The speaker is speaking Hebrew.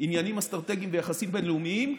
עניינים אסטרטגיים ויחסים בין-לאומיים,